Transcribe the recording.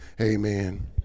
Amen